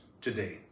today